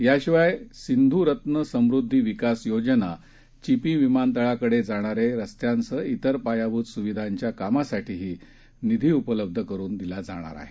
याशिवाय सिंधु रत्न समृद्धी विकास योजना चिपी विमानतळाकडे जाणारे रस्त्यांसह जिर पायाभूत सुविधांच्या कामांसाठीही निधी उपलब्ध करून दिला जाणार आहे